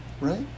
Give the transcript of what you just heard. Right